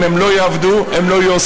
אם הם לא יעבדו, הם לא יועסקו.